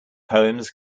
poems